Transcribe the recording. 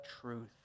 truth